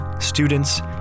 students